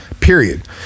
Period